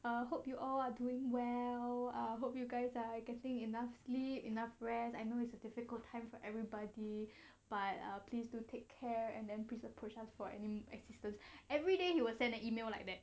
I hope you all are doing well I hope you guys are getting enough sleep enough rest I know it's a difficult time for everybody but err pleased to take care and then please approach us for any assistance everyday he will send an email like that